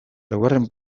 laugarren